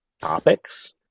topics